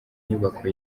nyubako